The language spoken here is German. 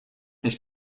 nicht